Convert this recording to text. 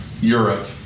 Europe